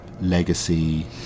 legacy